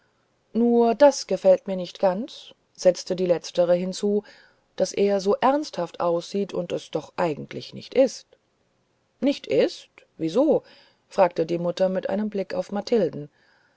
nur das gefällt mir nicht ganz setzte die letztere hinzu daß er so ernsthaft aussieht und es doch eigentlich nicht ist nicht ist wieso fragte die mutter mit einem blick auf mathilden